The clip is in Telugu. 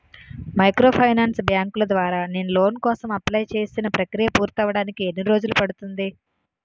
మైక్రోఫైనాన్స్ బ్యాంకుల ద్వారా నేను లోన్ కోసం అప్లయ్ చేసిన ప్రక్రియ పూర్తవడానికి ఎన్ని రోజులు పడుతుంది?